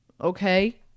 Okay